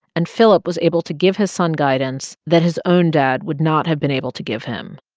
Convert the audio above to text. and philip was able to give his son guidance that his own dad would not have been able to give him.